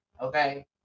Okay